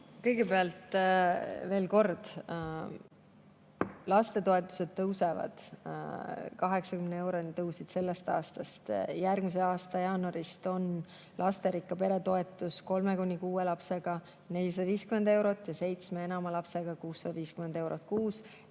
Kõigepealt veel kord: lastetoetused tõusevad, 80 euroni tõusid sellest aastast, järgmise aasta jaanuarist on lasterikka pere toetus kolme kuni kuue lapsega perel 450 eurot ja seitsme ja enama lapsega perel 650 eurot kuus.